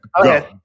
Okay